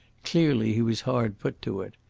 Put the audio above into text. clearly he was hard put to it.